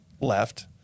left